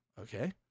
Okay